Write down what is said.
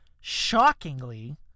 Shockingly